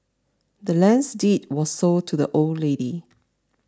the land's deed was sold to the old lady